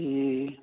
ए